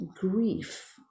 grief